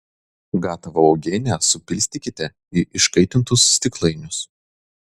gatavą uogienę supilstykite į iškaitintus stiklainius